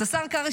אז השר קרעי,